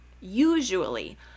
usually